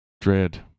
dread